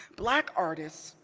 black artists,